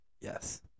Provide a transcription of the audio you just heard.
Yes